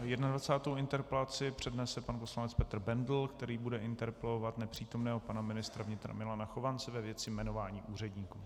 Jednadvacátou interpelaci přednese pan poslanec Petr Bendl, který bude interpelovat nepřítomného ministra vnitra Milana Chovance ve věci jmenování úředníků.